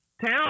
town